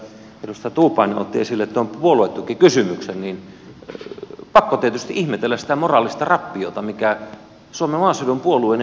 kun täällä edustaja tuupainen otti esille tuon puoluetukikysymyksen niin pakko tietysti ihmetellä sitä moraalista rappiota mikä suomen maaseudun puolueen ja perussuomalaisten puolueen piirissä vallitsee